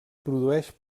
produeix